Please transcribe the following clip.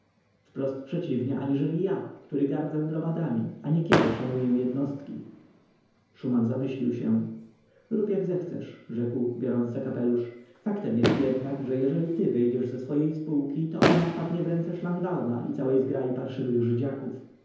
wprost przeciwnie aniżeli ja który gardzę gromadami a niekiedy szanuję jednostki szuman zamyślił się rób jak chcesz rzekł biorąc za kapelusz faktem jest jednak że jeżeli ty wyjdziesz ze swojej spółki to ona wpadnie w ręce szlangbauma i całej zgrai parszywych żydziaków